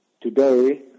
today